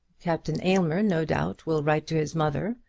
captain aylmer, no doubt, will write to his mother,